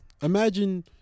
Imagine